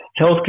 healthcare